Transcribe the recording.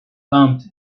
pumped